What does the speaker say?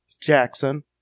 Jackson